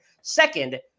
Second